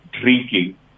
drinking